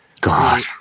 god